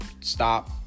stop